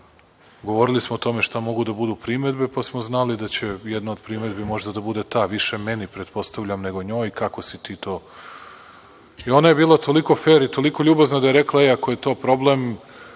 govorili smo o tome šta mogu da budu primedbe, pa smo znali da će jedna od primedbi možda da bude i ta, više meni, pretpostavljam nego njoj, kako si ti to. Ona je bila toliko fer i toliko ljubazna da je rekla – e, a ko je to problem,